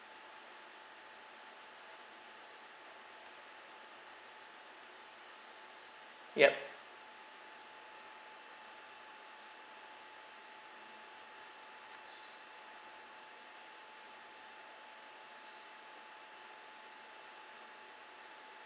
ya